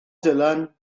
dylan